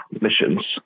missions